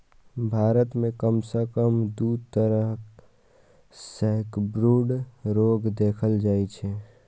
भारत मे कम सं कम दू तरहक सैकब्रूड रोग देखल जाइ छै